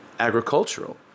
agricultural